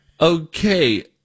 Okay